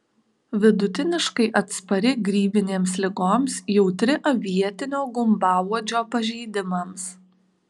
vidutiniškai atspari grybinėms ligoms jautri avietinio gumbauodžio pažeidimams